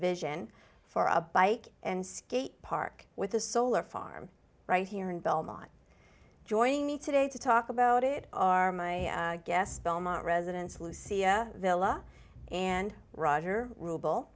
vision for a bike and skate park with a solar farm right here in belmont joining me today to talk about it are my guest belmont residents lucy villa and roger rub